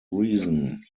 reason